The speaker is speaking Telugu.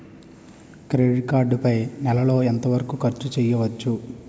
క్రెడిట్ కార్డ్ పై నెల లో ఎంత వరకూ ఖర్చు చేయవచ్చు?